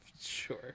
Sure